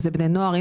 אם אלה בני נוער,